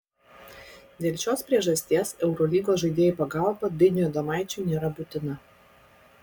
dėl šios priežasties eurolygos žaidėjų pagalba dainiui adomaičiui nėra būtina